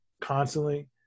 constantly